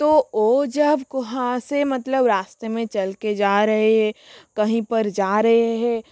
तो वो जब वहाँ से मतलब रास्ते में चल के जा रहे है कहीं पर जा रहे है